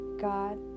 God